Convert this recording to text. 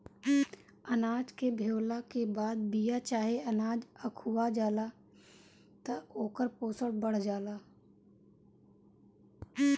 अनाज के भेवला के बाद बिया चाहे अनाज अखुआ जाला त ओकर पोषण बढ़ जाला